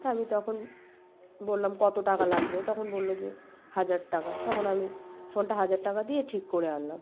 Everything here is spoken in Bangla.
তা আমি তখন বললাম কত টাকা লাগবে তখন বলল যে হাজার টাকা তখন আমি ফোনটা হাজার টাকা দিয়ে ঠিক করে আনলাম